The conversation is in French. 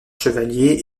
chevalier